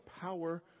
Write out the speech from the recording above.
power